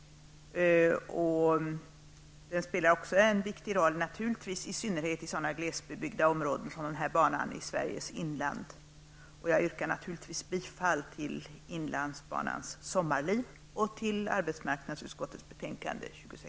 De spelar en viktig roll naturligtvis i synnerhet sådana glesbebyggda områden som områdena längs banan i Sveriges inland. Jag yrkar naturligtvis bifall till förslag om inlandsbanans sommarliv och arbetsmarknadsutskottets hemställan i betänkande